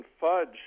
Fudge